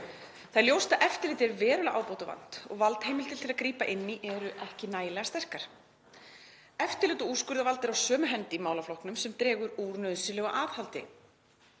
Það er ljóst að eftirliti er verulega ábótavant og valdheimildir til að grípa inn í ekki nægjanlega sterkar. Eftirlit og úrskurðarvald eru á sömu hendi í málaflokknum sem dregur úr nauðsynlegu aðhaldi.